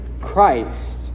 Christ